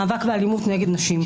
או "המאבק באלימות נגד נשים".